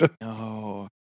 No